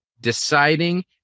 deciding